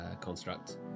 construct